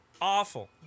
awful